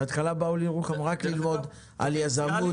בהתחלה באו לירוחם רק כדי ללמוד על יזמות